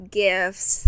gifts